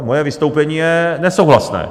Moje vystoupení je nesouhlasné.